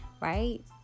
right